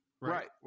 Right